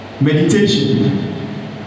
Meditation